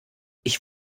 ich